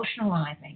emotionalizing